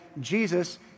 Jesus